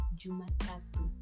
jumatatu